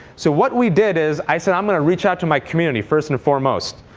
so what we did is i said i'm going to reach out to my community first and foremost.